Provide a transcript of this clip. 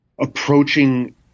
approaching